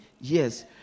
yes